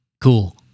cool